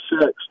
six